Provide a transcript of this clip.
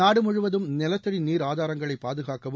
நாடு முழுவதும் நிலத்தடி நீர் ஆதாரங்களை பாதுகாக்கவும்